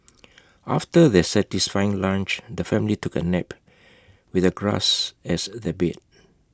after their satisfying lunch the family took A nap with the grass as their bed